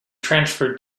transferred